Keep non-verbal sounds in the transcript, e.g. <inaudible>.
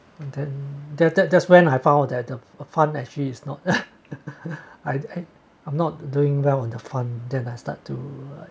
then that that that's when I found out that the uh fund actually is not <laughs> I I I'm not doing well on the fund then I start to